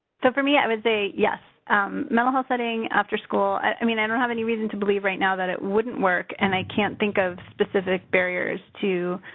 so, for me, i would say yes mental health setting after school. i mean, i don't have any reason to believe, right now, that it wouldn't work and i can't think of specific barriers to,